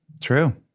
True